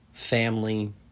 family